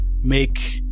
make